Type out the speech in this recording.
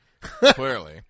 clearly